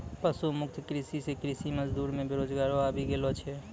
पशु मुक्त कृषि से कृषि मजदूर मे बेरोजगारी आबि गेलो छै